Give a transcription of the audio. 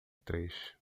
atriz